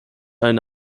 eine